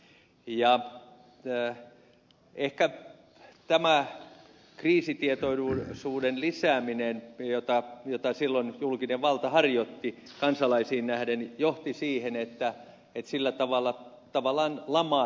ja ehkä tämä kriisitietoisuuden lisääminen jota silloin julkinen valta harjoitti kansalaisiin nähden johti siihen että sillä tavalla tavallaan lamaa syvennettiin